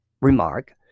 remark